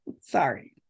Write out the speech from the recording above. Sorry